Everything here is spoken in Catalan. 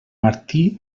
martí